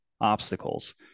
obstacles